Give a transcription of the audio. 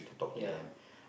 ya